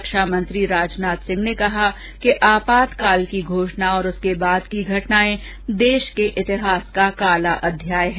रक्षामंत्री राजनाथ सिंह ने कहा कि आपातकाल की घोषणा और उसके बाद की घटनाएं देश के इतिहास का काला अध्याय है